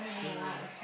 eh no no